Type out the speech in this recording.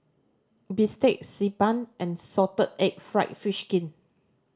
bistake Xi Ban and salted egg fried fish skin